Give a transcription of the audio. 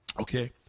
okay